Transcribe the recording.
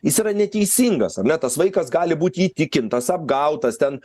jis yra neteisingas ar ne tas vaikas gali būti įtikintas apgautas ten